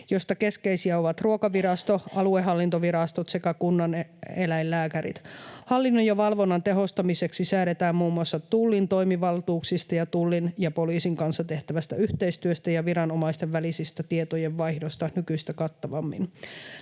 joista keskeisiä ovat Ruokavirasto, aluehallintovirastot sekä kunnan eläinlääkärit. Hallinnon ja valvonnan tehostamiseksi säädetään muun muassa Tullin toimivaltuuksista ja Tullin ja poliisin kanssa tehtävästä yhteistyöstä ja viranomaisten välisestä tietojenvaihdosta nykyistä kattavammin.